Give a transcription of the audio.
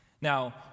Now